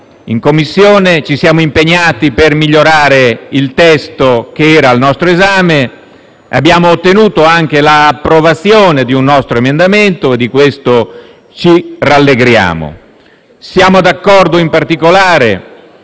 in Commissione ci siamo impegnati per migliorare il testo che era al nostro esame, abbiamo ottenuto anche l'approvazione di un nostro emendamento e di questo ci rallegriamo. Siamo d'accordo in particolare